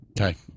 Okay